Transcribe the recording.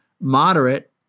moderate